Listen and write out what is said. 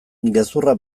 gezurra